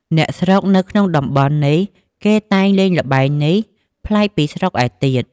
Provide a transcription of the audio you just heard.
អ្នកស្រុកនៅក្នុងតំបន់នេះគេតែងលេងល្បែងនេះ ប្លែកពីស្រុកឯទៀត ។